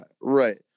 right